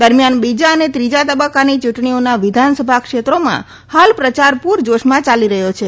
દરમિયાન બીજા અને ત્રીજા તબકકાની યુંટણીઓના વિધાનસભા ક્ષેત્રોમાં ફાલ પ્રચાર પુરજોશમાં યાલી રહથો છે